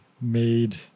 made